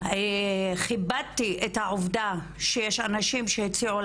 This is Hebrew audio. כיבדתי את העובדה שיש אנשים שהציעו,